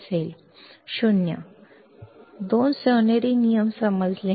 दोन सोनेरी नियम समजले